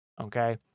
Okay